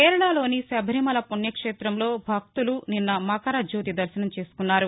కేరళలోని శబరిమల పుణ్యక్షేతంలో భక్తులు నిన్న మకర జ్యోతి దర్శనం చేసుకున్నారు